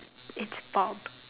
it's Bob